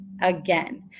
again